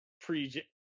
pre